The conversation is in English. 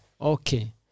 Okay